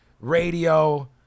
radio